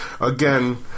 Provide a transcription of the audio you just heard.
again